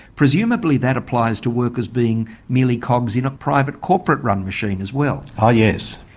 presumably that applies to workers being merely cogs in a private corporate-run machine as well? oh yes.